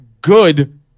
Good